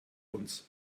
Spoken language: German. uns